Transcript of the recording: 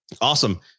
Awesome